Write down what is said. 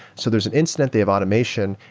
so there's an instant, they have automation,